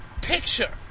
picture